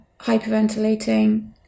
hyperventilating